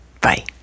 Bye